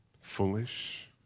foolish